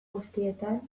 guztietan